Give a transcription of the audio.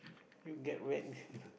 you get whack